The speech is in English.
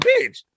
bitch